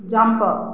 jump